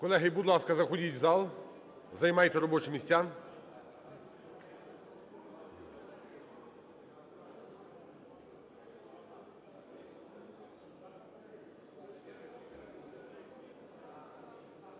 Колеги, будь ласка, заходіть в зал, займайте робочі місця.